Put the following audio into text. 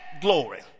glory